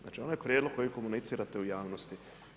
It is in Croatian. Znači onaj prijedlog kojeg komunicirate u javnosti.